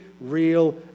real